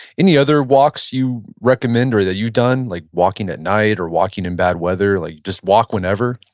any other walks you recommend or that you've done, like walking at night or walking in bad weather? like, just walk whenever?